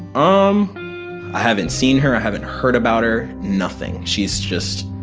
um i haven't seen her. i haven't heard about her. nothing. she's just.